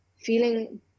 feeling